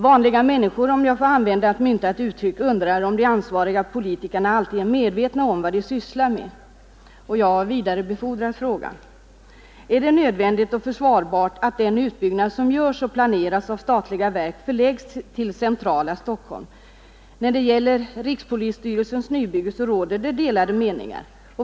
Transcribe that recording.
”Vanliga människor”, om jag får använda ett myntat uttryck, undrar om de ansvariga politikerna alltid är medvetna om vad de sysslar med. Jag vidarebefordrar frågan. Är det nödvändigt och försvarbart att den utbyggnad som görs och planeras av statliga verk förläggs till centrala Stockholm? När det gäller rikspolisstyrelsens nybygge råder delade meningar.